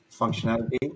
functionality